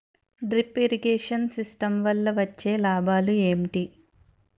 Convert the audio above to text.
Drip irrigation system వల్ల వచ్చే లాభాలు ఏంటి?